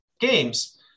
games